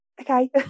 okay